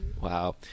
Wow